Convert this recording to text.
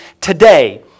today